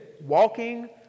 walking